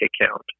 account